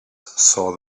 saw